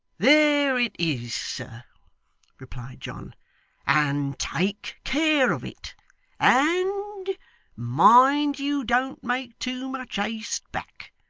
there it is, sir replied john and take care of it and mind you don't make too much haste back,